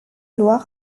loire